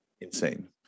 insane